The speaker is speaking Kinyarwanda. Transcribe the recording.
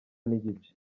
n’igice